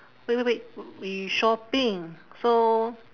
wait wait wait we shopping so